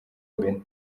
mbere